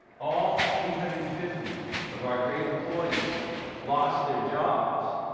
all three hundred and fifty of our great employees lost their jobs.